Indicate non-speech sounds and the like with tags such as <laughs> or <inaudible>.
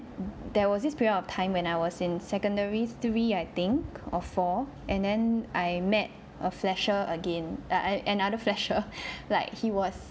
there was this period of time when I was in secondary three I think or four and then I met a flasher again like another flasher <laughs> like he was